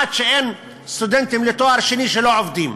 כמעט אין סטודנטים לתואר שני שלא עובדים.